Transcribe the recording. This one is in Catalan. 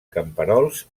camperols